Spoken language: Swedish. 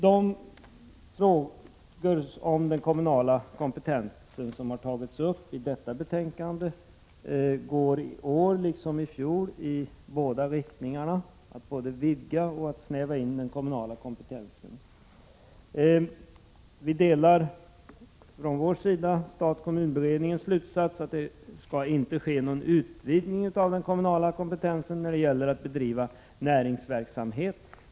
De frågor om den kommunala kompetensen som tas upp i betänkandet går i år liksom i fjol i båda riktningarna, att både vidga och snäva in den kommunala kompetensen. Vi delar stat-kommun-beredningens slutsats att någon utvidgning av den kommunala kompetensen när det gäller att bedriva näringsverksamhet inte skall ske.